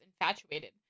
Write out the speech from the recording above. infatuated